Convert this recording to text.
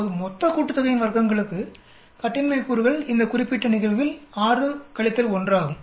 இப்போது மொத்த கூட்டுத்தொகையின் வர்க்கங்களுக்கு கட்டின்மை கூறுகள் இந்த குறிப்பிட்ட நிகழ்வில் 6 1 ஆகும்